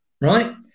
right